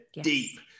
deep